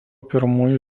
pirmųjų